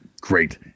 Great